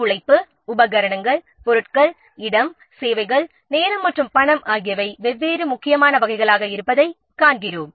உழைப்பாளர்களின் நிலை உபகரணங்கள் பொருட்கள் இடம் சேவைகள் நேரம் மற்றும் பணம் ஆகியவை வெவ்வேறு முக்கியமான வகைகளாக இருப்பதை நாம் காண்கிறோம்